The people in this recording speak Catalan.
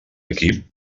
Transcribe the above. equip